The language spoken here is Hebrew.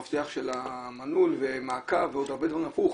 המפתח של המנעול ומעקב ועוד הרבה דברים הפוך